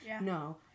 No